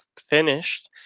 finished